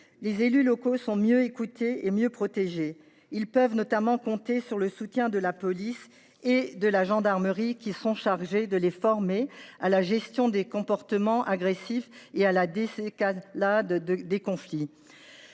les élus locaux sont mieux écoutés et mieux protégés. Ils peuvent notamment compter sur le soutien de la police et de la gendarmerie, qui sont chargées de les former à la gestion des comportements agressifs et à la désescalade des conflits.